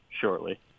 shortly